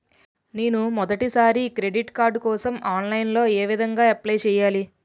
నేను మొదటిసారి credit card కోసం ఆన్లైన్ లో ఏ విధంగా అప్లై చేయాలి?